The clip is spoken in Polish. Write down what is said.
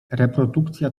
reprodukcja